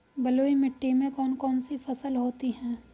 बलुई मिट्टी में कौन कौन सी फसल होती हैं?